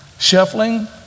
Shuffling